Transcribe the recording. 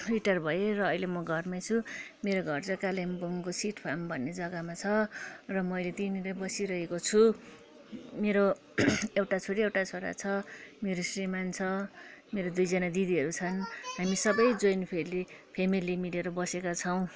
retire भएँ र अहिले म घरमै छु मेरो घर चाहिँ कालिम्पोङको सिट फार्म भन्ने जग्गामा छ र म अहिले त्यहीँनिरै बसिरहेको छु मेरो एउटा छोरी एउटा छोरा छ मेरो श्रिमान छ मेरो दुईजना दिदीहरू छन् हामी सबै जोइन्ट फेली फ्यामेली मिलेर बसेका छौँ